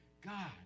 God